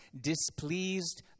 displeased